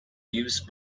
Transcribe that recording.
use